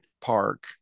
Park